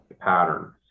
pattern